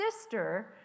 sister